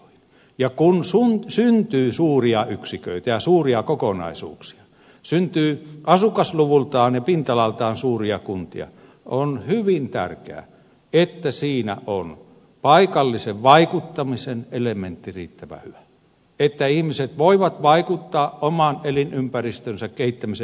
ja kun syntyy suuria yksiköitä ja suuria kokonaisuuksia syntyy asukasluvultaan ja pinta alaltaan suuria kuntia on hyvin tärkeää että niissä on paikallisen vaikuttamisen elementti riittävän hyvä että ihmiset voivat vaikuttaa oman elinympäristönsä kehittämiseen